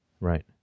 Right